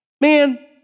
Man